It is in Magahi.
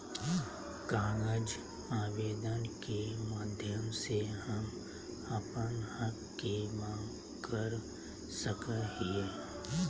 कागज आवेदन के माध्यम से हम अपन हक के मांग कर सकय हियय